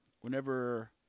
whenever